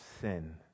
sin